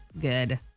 good